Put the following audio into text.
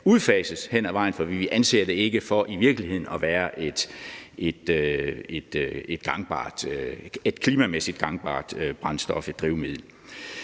udfases hen ad vejen, for vi anser det i virkeligheden ikke for at være et klimamæssigt gangbart brændstof og drivmiddel.